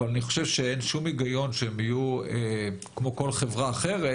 אבל אני חושב שאין שום היגיון שהם יהיו כמו כל חברה אחרת,